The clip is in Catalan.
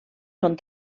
són